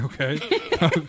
Okay